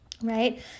Right